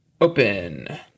Open